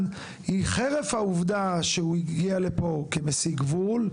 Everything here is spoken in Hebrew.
היא חרף העובדה שהוא הגיע לפה כמסיג גבול,